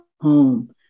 home